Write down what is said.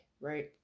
right